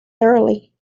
thoroughly